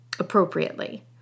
appropriately